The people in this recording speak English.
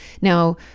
Now